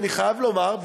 אני חייב לומר,